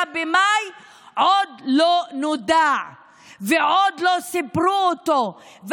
במאי עוד לא נודע ועוד לא סיפרו אותו,